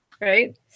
right